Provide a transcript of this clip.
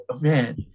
man